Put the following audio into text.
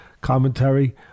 commentary